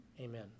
Amen